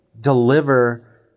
deliver